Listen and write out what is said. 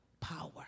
power